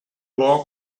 war